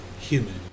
human